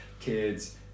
Kids